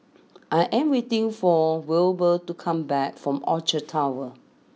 I am waiting for Wilbur to come back from Orchard Towers